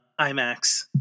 IMAX